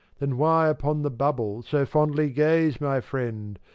then why upon the bubble so fondly gaze, my friend,